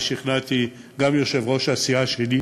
ושכנעתי גם את יושב-ראש הסיעה שלי,